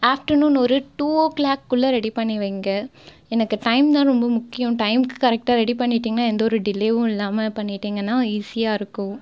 afternoon ஒரு two o'clock குள்ளே ready பண்ணி வைங்கள் எனக்கு டைம் தான் ரொம்ப முக்கியம் டைமுக்கு கரெக்டாக ரெடி பண்ணிவிட்டீங்களா எந்த ஒரு டிலேவும் இல்லாமல் பண்ணிட்டீங்கனால் ஈஸியாக இருக்கும்